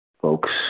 folks